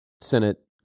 Senate